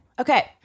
Okay